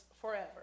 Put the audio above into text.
forever